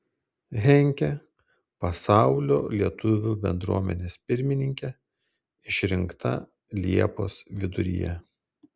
henkė pasaulio lietuvių bendruomenės pirmininke išrinkta liepos viduryje